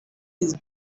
his